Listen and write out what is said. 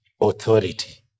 authority